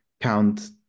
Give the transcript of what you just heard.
count